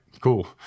cool